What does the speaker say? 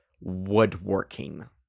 woodworking